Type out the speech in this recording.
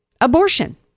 abortion